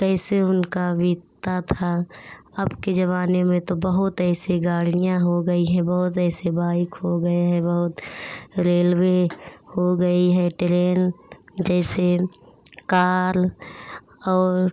कैसे उनका बीतता था अब के ज़माने में तो बहुत ऐसे गाड़ियाँ हो गई हैं बहुत ऐसी बाइक हो गए हैं बहुत रेलवे हो गई है ट्रेन जैसे कार और